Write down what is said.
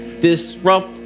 Disrupt